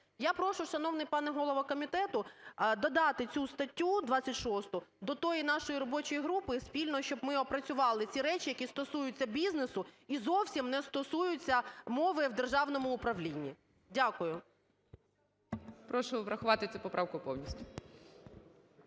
Я прошу, шановний пане голово комітету, додати цю статтю 26 до тієї нашої робочої групи, спільно щоби ми опрацювали ці речі, які стосуються бізнесу і зовсім не стосуються мови в державному управлінні. Дякую. ГОЛОВУЮЧИЙ. Прошу врахувати цю поправку повністю.